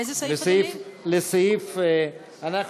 לאיזה סעיף, אדוני?